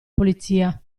polizia